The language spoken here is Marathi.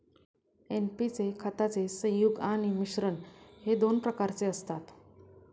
एन.पी चे खताचे संयुग आणि मिश्रण हे दोन प्रकारचे असतात